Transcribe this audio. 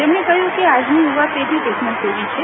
તેમણે કહ્યું કે આજની યુવા પેઢી ટેકનોસેવી છે